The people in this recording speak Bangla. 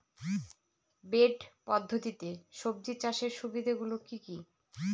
বেড পদ্ধতিতে সবজি চাষের সুবিধাগুলি কি কি?